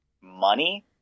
money